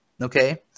okay